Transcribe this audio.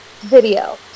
Video